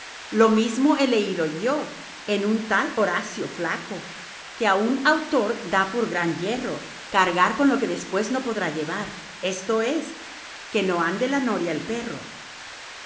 lo mismo he leído yo en un tal horacio flacco que a un autor da por gran yerro cargar con lo que después no podrá llevar esto es que no ande la noria el perro